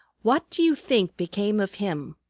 what do you think became of him?